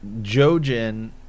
Jojen